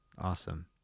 Awesome